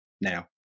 now